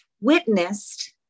witnessed